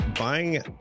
Buying